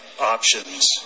options